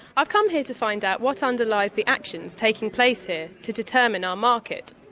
i've come here to find out what underlies the actions taking place here to determine our market.